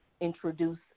introduce